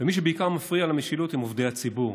ומי שבעיקר מפריע למשילות הם עובדי הציבור,